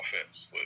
offense